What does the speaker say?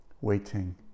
waiting